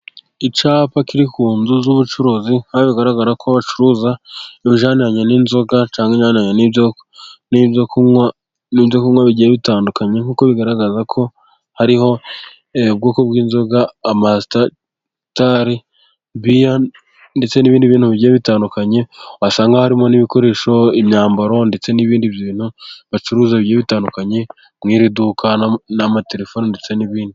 Icyapa kiri ku nzu z'ubucuruzi' bigaragara ko bacuruza bijyaniranye n'inzoga cyangwa ibijyaniranye n'ibyo kunywa bigiye bitandukanye, nkuko bigaragaza ko hariho ubwoko bw'inzoga amatatari, biya ndetse n'ibindi bintu bigiye bitandukanye wasanga harimo n'ibikoresho, imyambaro ndetse n'ibindi bintu bacuruza bigiye bitandukanye muri iri duka n'amatelefoni ndetse n'ibindi.